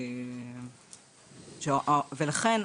ולכן,